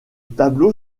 tableau